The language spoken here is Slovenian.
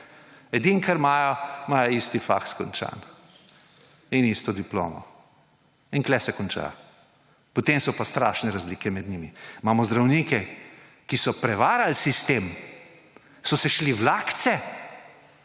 Edino kar imajo, imajo isti faks končan in isto diplomo in tukaj se konča, potem so pa strašne razlike med njimi. Imamo zdravnike, ki so prevarali sistem, so se šli vlakce